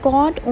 God